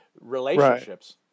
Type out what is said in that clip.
relationships